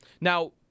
Now